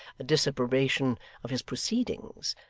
a disapprobation of his proceedings,